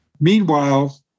Meanwhile